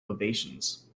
ovations